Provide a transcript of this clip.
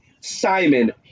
Simon